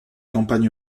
campagnes